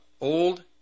old